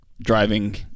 driving